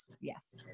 yes